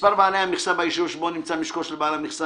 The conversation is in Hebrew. מספר בעלי המכסה ביישוב שבו נמצא משקו של בעל המכסה